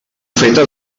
feta